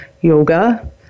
yoga